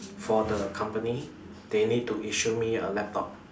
for the company they need to issue me a laptop